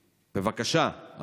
בבקשה,